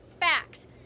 Facts